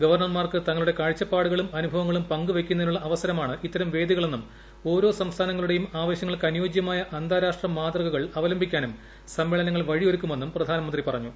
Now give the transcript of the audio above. ഗവർണർമാർക്ക് തങ്ങളുടെ കാഴ്ചപ്പാടുകളും അനുഭവങ്ങളും പ്രങ്കുവയ്ക്കുന്നതിനുള്ള അവസരമാണ് ഇത്തരം വേദികളെന്നും ഓര്രേക് സംസ്ഥാനങ്ങളുടെയും ആവശ്യങ്ങൾക്ക് അനുയോജ്യമായ അന്താരാഷ്ട്ര മാതൃകകൾ അവലംബിക്കാനും സമ്മേളനങ്ങൾ വഴിയൊരുക്കുമെന്നും പ്രധാനമന്ത്രി പറഞ്ഞു